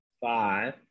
five